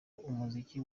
umuziki